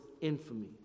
infamy